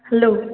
hello